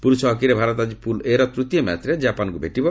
ପୁରୁଷ ହକିରେ ଭାରତ ଆଜି ପୁଲ୍ ଏର ତୂତୀୟ ମ୍ୟାଚ୍ରେ ଜାପାନକୁ ଭେଟିବ